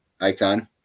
Icon